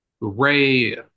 Ray